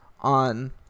on